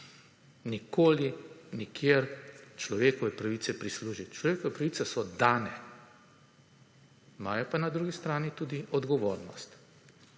nikoli nikjer človekove pravice prislužiti. Človekove pravice so dane. Imajo pa na drugi strani tudi odgovornost.